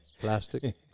Plastic